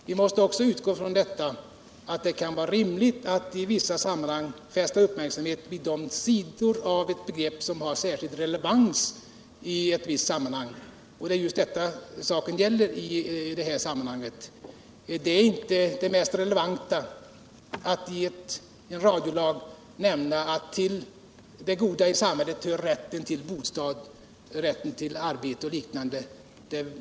Vi måste utgå från att det kan vara rimligt att i vissa sammanhang fästa uppmärksamheten på de sidor av ett begrepp som har särskild relevans i ett visst sammanhang, och det gäller just i det här sammanhanget. Det mest relevanta är inte att i en radiolag nämna att till det goda i samhället hör rätten till bostad, rätten till arbete m.m.